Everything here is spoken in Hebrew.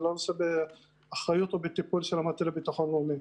זה לא נושא באחריות או בטיפול של המטה לביטחון לאומי.